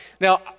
Now